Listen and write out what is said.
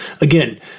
Again